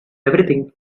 everything